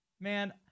Man